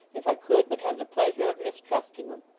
if i could but have the pleasure of mistrusting em.